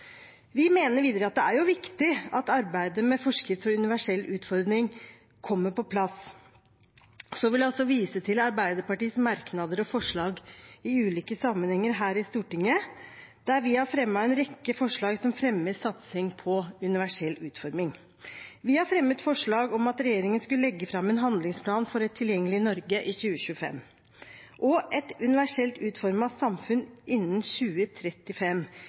Vi mener videre det er viktig at arbeidet med forskrift for universell utforming kommer på plass. Jeg vil også vise til Arbeiderpartiets merknader og forslag i ulike sammenhenger her i Stortinget. Vi har fremmet en rekke forslag for satsing på universell utforming. Vi har fremmet forslag om at regjeringen skulle legge fram en handlingsplan for et tilgjengelig Norge i 2025 og et universelt utformet samfunn innen 2035,